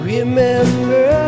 Remember